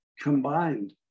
combined